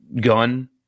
gun